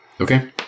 Okay